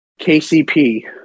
KCP